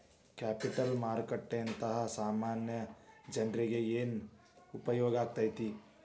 Capital ಮಾರುಕಟ್ಟೇಂದಾ ಸಾಮಾನ್ಯ ಜನ್ರೇಗೆ ಏನ್ ಉಪ್ಯೊಗಾಕ್ಕೇತಿ?